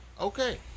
okay